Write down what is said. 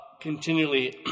continually